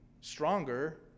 stronger